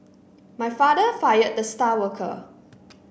my father fired the star worker